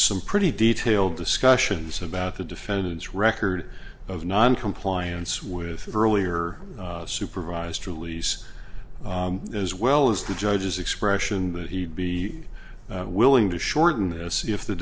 some pretty detailed discussions about the defendant's record of noncompliance with earlier supervised release as well as the judge's expression that he'd be willing to shorten this if the